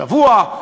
שבוע,